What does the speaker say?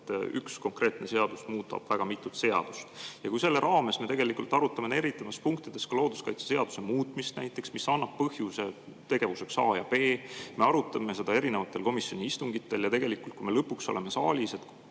Üks konkreetne seadus muudab väga mitut seadust. Ja kui me selle raames tegelikult arutame erinevates punktides ka looduskaitseseaduse muutmist näiteks nii, et see annab põhjuse tegevuseks A ja B, me arutame seda erinevatel komisjoni istungitel ja tegelikult, kui me lõpuks oleme saalis,